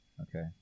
Okay